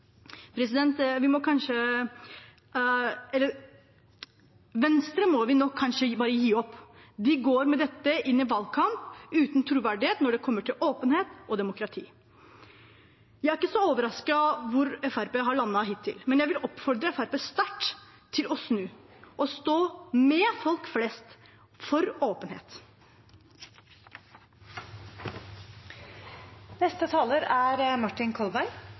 Venstre må vi nok kanskje gi opp. De går med dette inn i valgkampen uten troverdighet når det gjelder åpenhet og demokrati. Vi er ikke så overrasket over hvor Fremskrittspartiet har landet hittil, men jeg vil oppfordre Fremskrittspartiet sterkt til å snu og stå med folk flest for åpenhet. Jeg vil si det slik at det som er